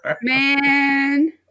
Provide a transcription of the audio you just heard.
Man